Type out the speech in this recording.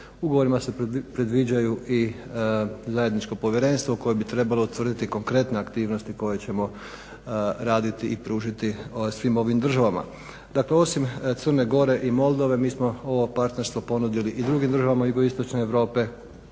Ugovorima se predviđaju i zajedničko povjerenstvo koje bi trebalo utvrditi konkretne aktivnosti koje ćemo raditi i pružiti svim ovim državama. Dakle, osim Crne Gore i Moldove mi smo ovo partnerstvo ponudili i drugim državama jugoistočne Europe.